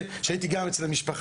כשאני הייתי גם אצל המשפחה,